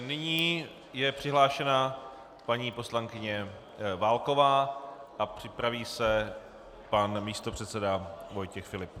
Nyní je přihlášena paní poslankyně Válková a připraví se pan místopředseda Vojtěch Filip.